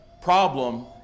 problem